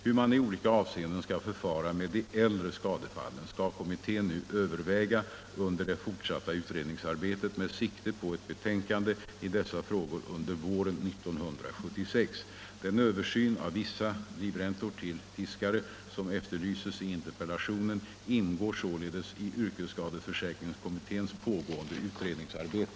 Hur man i olika avseenden skall förfara med de äldre skadefallen skall kommittén nu överväga under det fortsatta utredningsarbetet med sikte på ett betänkande i dessa frågor under våren 1976. Den översyn av vissa livräntor till fiskare som efterlyses i interpellationen ingår således i yrkesskadeförsäkringskommitténs pågående utredningsarbete.